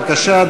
בבקשה,